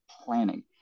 planning